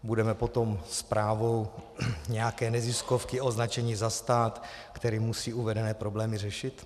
Budeme potom zprávou nějaké neziskovky označeni za stát, který musí uvedené problémy řešit?